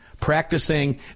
practicing